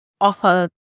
offer